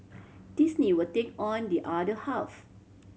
Disney will take on the other half